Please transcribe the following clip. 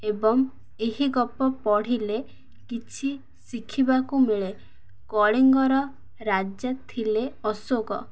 ଏବଂ ଏହି ଗପ ପଢ଼ିଲେ କିଛି ଶିଖିବାକୁ ମିଳେ କଳିଙ୍ଗର ରାଜା ଥିଲେ ଅଶୋକ